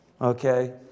Okay